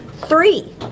Three